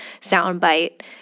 soundbite